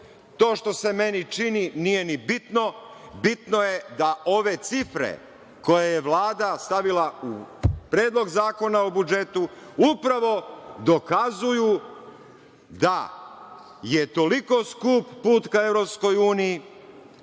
To što se meni čini, nije ni bitno. Bitno je da ove cifre koje je Vlada stavila u Predlog zakona o budžetu, upravo dokazuju da je toliko skup put ka Evropskoj uniji